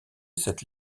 cette